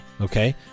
okay